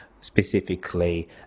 specifically